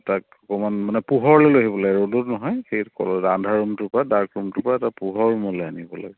তাক অকণমান মানে পোহৰলৈ লৈ আহিব লাগে ৰ'দত নহয় সেই ক'লা আন্ধাৰ ৰুমটোৰপৰা ডাৰ্ক ৰুমটোৰপৰা এটা পোহৰ ৰুমলৈ আনিব লাগে